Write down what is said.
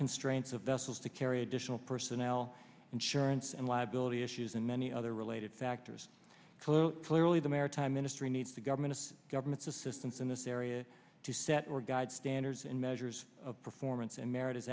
constraints of vessels to carry additional personnel insurance and liability issues and many other related factors clearly clearly the maritime industry needs a government of government's assistance in this area to set or guide standards and measures of performance and m